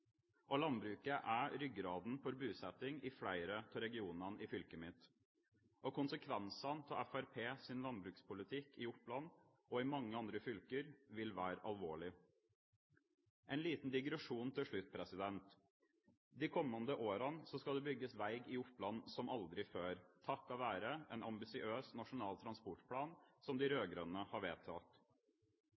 landbruksproduksjon. Landbruket er ryggraden for bosetting i flere av regionene i fylket mitt. Konsekvensene av Fremskrittspartiets landbrukspolitikk i Oppland, og i mange andre fylker, vil være alvorlig. En liten digresjon til slutt: De kommende årene skal det bygges vei i Oppland som aldri før, takket være en ambisiøs Nasjonal transportplan som de rød-grønne har vedtatt.